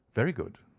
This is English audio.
very good,